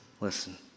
listen